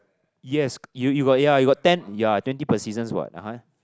yes you you got ya you got ten ya twenty per seasons [what] (uh huh)